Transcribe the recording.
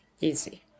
easy